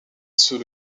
sous